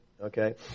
Okay